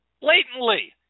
blatantly